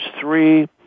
three